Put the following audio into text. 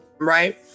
Right